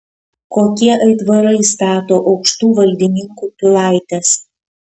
kokie aitvarai stato aukštų valdininkų pilaites